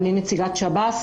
אני נציגת שירות בתי הסוהר.